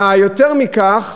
ויותר מכך,